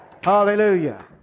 Hallelujah